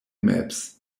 maps